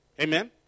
Amen